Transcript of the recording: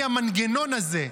המנגנון הזה,